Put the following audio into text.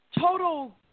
total